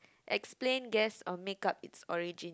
explain guess or makeup its origin